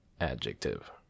Adjective